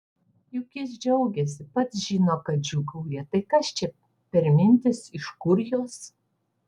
juk jis džiaugiasi pats žino kad džiūgauja tai kas čia per mintys iš kur jos